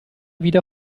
wieder